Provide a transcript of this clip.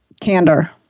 Candor